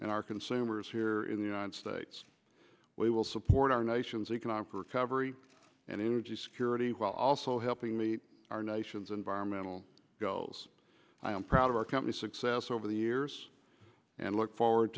and our consumers here in the united states we will support our nation's economic recovery and energy security while also helping meet our nation's environmental goals i am proud of our company's success over the years and look forward